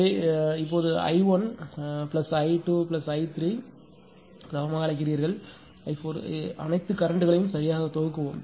எனவே இப்போது நீங்கள் ஐ 1 ஐ 2ஐ 3ஐ 4 க்கு சமமாக அழைக்கிறீர்கள் அனைத்து கரண்ட்களையும் சரியாக தொகுக்கவும்